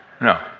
no